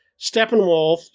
Steppenwolf